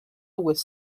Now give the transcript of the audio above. with